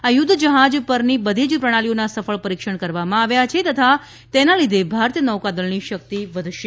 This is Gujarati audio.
આ યુધ્ધ જહાજ પરની બધી જ પ્રણાલીઓના સફ ળ પરીક્ષણ કરવામાં આવ્યા છે તથા તેના લીધે ભારતીય નૌકાદળની શક્તિ વધશે